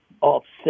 offset